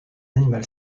animal